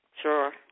Sure